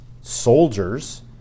soldiers